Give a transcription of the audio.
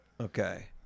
Okay